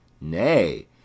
Nay